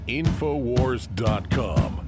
infowars.com